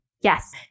Yes